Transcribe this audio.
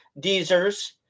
Deezers